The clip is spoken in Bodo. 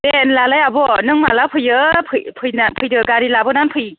दे होनब्लालाय आब' नों माब्ला फैयो फै फैना फैदो गारि लाबोना फै